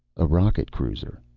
a rocket cruiser.